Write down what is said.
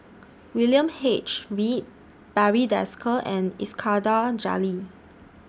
William H Read Barry Desker and Iskandar Jalil